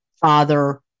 father